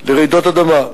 לרעידות אדמה.